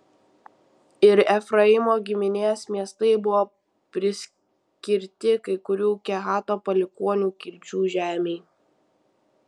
ir efraimo giminės miestai buvo priskirti kai kurių kehato palikuonių kilčių žemei